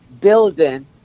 building